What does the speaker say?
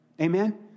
Amen